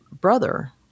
brother